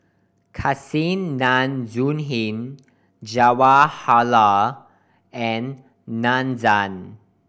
Kasinadhuni Jawaharlal and Nandan